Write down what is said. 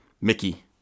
Mickey